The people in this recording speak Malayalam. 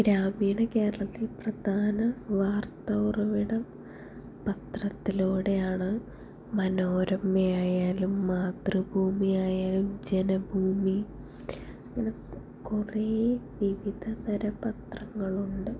ഗ്രാമീണ കേരളത്തിൽ പ്രധാന വാർത്ത ഉറവിടം പത്രത്തിലൂടെയാണ് മനോരമയായാലും മാതൃഭൂമിയായാലും ജനഭൂമി ഇങ്ങനെ കുറെ വിവിധതരം പത്രങ്ങളുണ്ട്